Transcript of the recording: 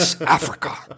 Africa